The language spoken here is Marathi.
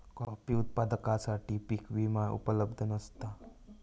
कॉफी उत्पादकांसाठी पीक विमा उपलब्ध नसता